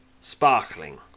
sparkling